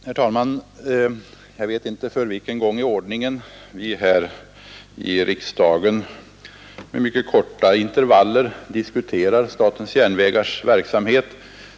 Herr talman! Jag vet inte för vilken gång i ordningen vi nu här i riksdagen — det sker med mycket korta intervaller — diskuterar statens järnvägars verksamhet.